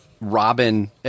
Robin